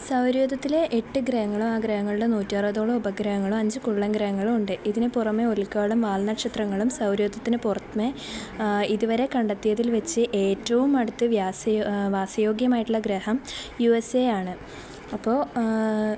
സൗരയൂഥത്തിലെ എട്ടു ഗ്രഹങ്ങളും ആ ഗ്രഹങ്ങളുടെ നൂറ്റി അറുപതോളം ഉപഗ്രഹങ്ങളും അഞ്ചു കുള്ളൻ ഗ്രഹങ്ങളും ഉണ്ട് ഇതിനുപുറമേ ഉൽക്കകളും വാൽനക്ഷത്രങ്ങളും സൗരയൂഥത്തിനു പുറത്തുനിന്ന് ഇതുവരെ കണ്ടെത്തിയതിൽ വച്ച് ഏറ്റവും അടുത്തു വാസയോഗ്യമായിട്ടുള്ള ഗ്രഹം യു എസ് എ ആണ് അപ്പോള് ആ